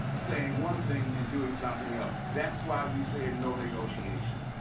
saying one thing and doing something else. that's why we said, no negotiation.